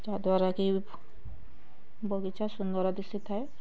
ଯାହାଦ୍ୱାରା କି ବଗିଚା ସୁନ୍ଦର ଦିଶିଥାଏ